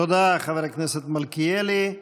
תודה, חבר הכנסת מלכיאלי.